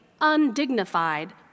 undignified